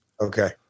Okay